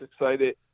excited